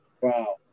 Wow